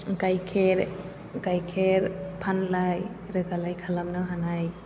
गाइखेर फानलाय रोगालाय खालामनो हानाय